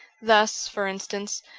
thus, for instance,